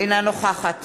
אינה נוכחת